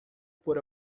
por